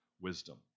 wisdom